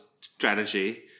strategy